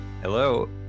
Hello